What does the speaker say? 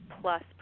plus